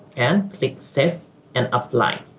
and click save and apply